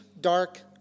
dark